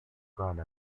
garde